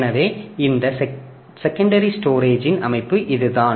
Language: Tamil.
எனவே இந்த செகண்டரி ஸ்டோரேஜின் அமைப்பு இதுதான்